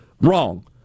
wrong